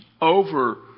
over